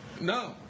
No